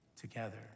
together